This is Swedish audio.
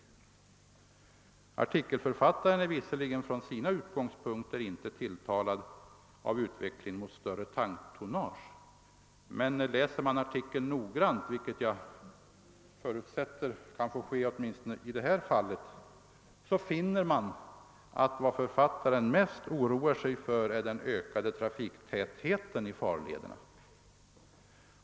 Artikelförfattaren är visserligen från sina utgångspunkter inte tilltalad av utveckling mot större tanktonnage, men läser man artikeln noggrant — vilket jag förutsätter kan få ske åtminstone i detta fall — finner man att vad författaren mest oroar sig för är den ökade trafiktätheten i farleden.